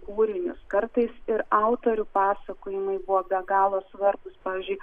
kūrinius kartais ir autorių pasakojimai buvo be galo svarbūs pavyzdžiui